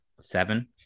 seven